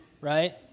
right